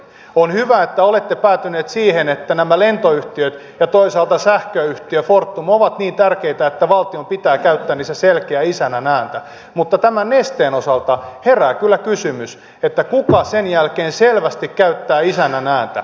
on hyvä että olette päätyneet siihen että nämä lentoyhtiöt ja toisaalta sähköyhtiö fortum ovat niin tärkeitä että valtion pitää käyttää niissä selkeää isännän ääntä mutta tämän nesteen osalta herää kyllä kysymys kuka sen jälkeen selvästi käyttää isännän ääntä